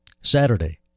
Saturday